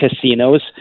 casinos